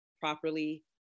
properly